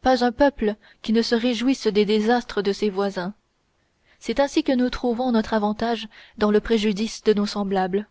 pas un peuple qui ne se réjouisse des désastres de ses voisins c'est ainsi que nous trouvons notre avantage dans le préjudice de nos semblables